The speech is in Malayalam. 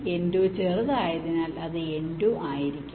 N2 ചെറുതായതിനാൽ അത് n2 ആയിരിക്കും